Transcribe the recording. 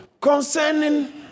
Concerning